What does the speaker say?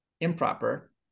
improper